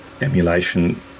emulation